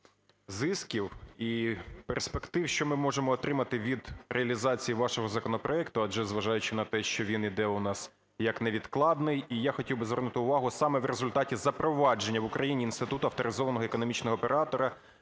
зисків і перспектив, що ми можемо отримати від реалізації вашого законопроекту? Адже зважаючи на те, що він йде у нас, як невідкладний. І я хотів би звернути увагу саме в результаті запровадження в Україні інституту авторизованого економічного оператора